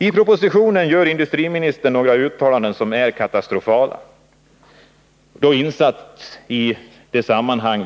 I propositionen gör industriministern några uttalanden som är katastrofala, insatta i dagens sammanhang.